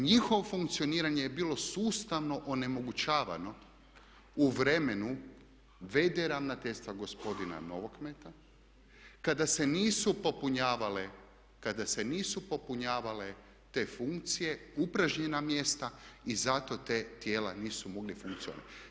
Njihovo funkcioniranje je bilo sustavno onemogućavano u vremenu v.d. ravnateljstva gospodina Novokmeta kada se nisu popunjavale, kada se nisu popunjavale te funkcije, upražnjena mjesta i zato ta tijela nisu mogla funkcionirati.